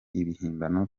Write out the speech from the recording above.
ibihimbano